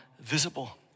visible